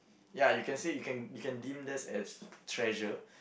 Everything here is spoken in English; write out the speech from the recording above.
ya you can say you can you can deem this as treasure